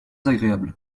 agréable